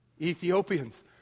Ethiopians